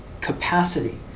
capacity